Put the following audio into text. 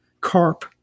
carp